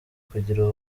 kugira